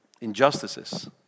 injustices